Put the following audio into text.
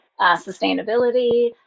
sustainability